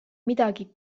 midagi